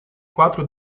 quatro